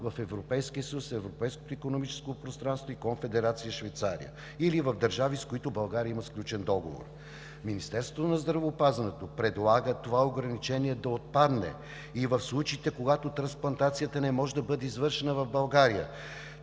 в Европейския съюз, европейското икономическо пространство и Конфедерация Швейцария или в държави, с които България има сключен договор. Министерството на здравеопазването предлага това ограничение да отпадне и в случаите, когато трансплантацията не може да бъде извършена в България,